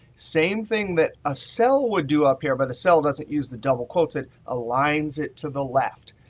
same thing that a cell would do up here, but a cell doesn't use the double quotes. it aligns it to the left.